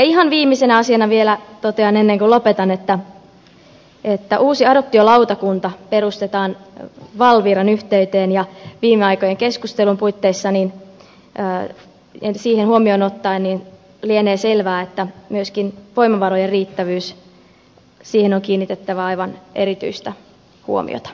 ihan viimeisenä asiana vielä totean ennen kuin lopetan että uusi adoptiolautakunta perustetaan valviran yhteyteen ja viime aikojen keskustelun huomioon ottaen lienee selvää että myöskin voimavarojen riittävyyteen on kiinnitettävä aivan erityistä huomiota